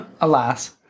Alas